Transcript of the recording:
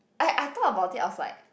I I thought about it I was like